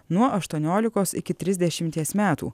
nuo aštuoniolikos iki trisdešimties metų